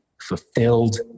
fulfilled